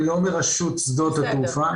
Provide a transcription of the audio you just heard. אני לא מרשות שדות התעופה.